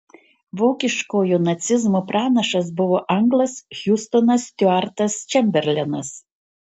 vokiškojo nacizmo pranašas buvo anglas hiustonas stiuartas čemberlenas